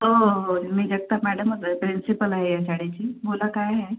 हो हो होय मी जगताप मॅडमच आहे प्रिंसिपल आहे या शाळेची बोला काय आहे